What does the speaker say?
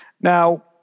Now